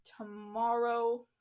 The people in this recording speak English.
tomorrow